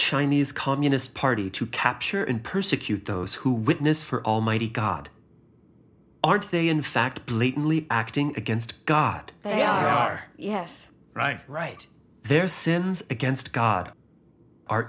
chinese communist party to capture and persecute those who witness for almighty god are they in fact blatantly acting against god they are yes right right their sins against god are